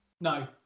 No